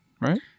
Right